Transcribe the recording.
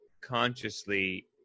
consciously